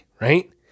Right